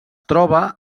troba